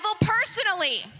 personally